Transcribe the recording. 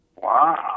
Wow